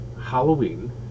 Halloween